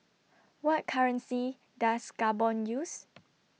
What currency Does Gabon use